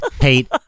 hate